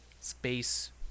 space